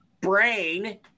brain